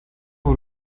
ubu